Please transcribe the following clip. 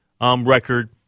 record